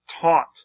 taught